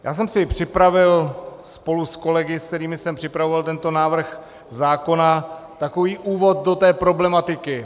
Já jsem si připravil spolu s kolegy, se kterými jsem připravoval tento návrh zákona, takový úvod do té problematiky.